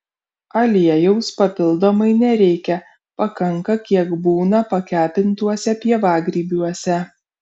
aliejaus papildomai nereikia pakanka kiek būna pakepintuose pievagrybiuose